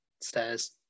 stairs